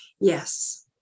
Yes